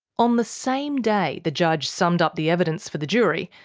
on the same day the judge summed up the evidence for the jury,